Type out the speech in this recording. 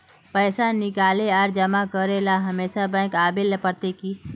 पैसा निकाले आर जमा करेला हमेशा बैंक आबेल पड़ते की?